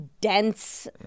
dense